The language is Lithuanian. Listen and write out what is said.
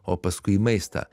o paskui į maistą